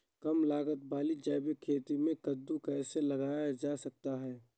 कम लागत वाली जैविक खेती में कद्दू कैसे लगाया जा सकता है?